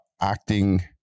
acting